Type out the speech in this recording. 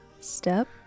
step